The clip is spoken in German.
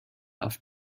auf